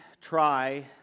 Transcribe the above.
try